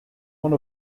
one